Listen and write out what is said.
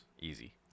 easy